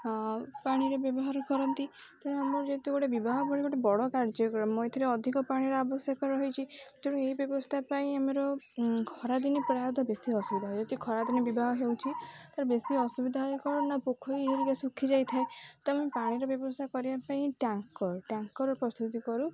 ପାଣିରେ ବ୍ୟବହାର କରନ୍ତି ତେଣୁ ଆମର ଯେହେତୁ ଗୋଟେ ବିବାହ ପଢ଼ ଗୋଟେ ବଡ଼ କାର୍ଯ୍ୟକ୍ରମ ଏଥିରେ ଅଧିକ ପାଣିର ଆବଶ୍ୟକ ରହିଚି ତେଣୁ ଏହି ବ୍ୟବସ୍ଥା ପାଇଁ ଆମର ଖରାଦିନି ପ୍ରାୟତଃ ବେଶୀ ଅସୁବିଧା ହ ଯଦି ଖରାଦିନ ବିବାହ ହେଉଚଛି ତ ବେଶୀ ଅସୁବିଧା ହେଏ କଣ ନା ପୋଖରୀ ହେରିକି ଶୁଖିଯାଇଥାଏ ତ ଆମେ ପାଣିର ବ୍ୟବସ୍ଥା କରିବା ପାଇଁ ଟ୍ୟାଙ୍କର୍ ଟ୍ୟାଙ୍କର୍ ପ୍ରସ୍ତୁତି କରୁ